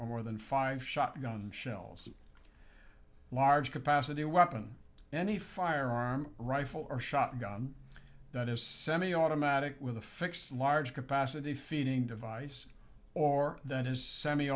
or more than five shotgun shells large capacity a weapon any firearm rifle or shotgun that is semiautomatic with a fixed large capacity feeding device or that is semi